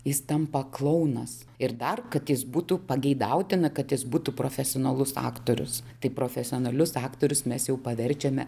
jis tampa klounas ir dar kad jis būtų pageidautina kad jis būtų profesionalus aktorius tai profesionalius aktorius mes jau paverčiame